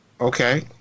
Okay